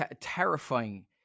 terrifying